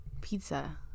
Pizza